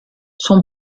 son